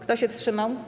Kto się wstrzymał?